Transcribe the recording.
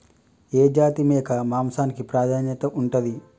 ఏ జాతి మేక మాంసానికి ప్రాధాన్యత ఉంటది?